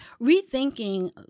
rethinking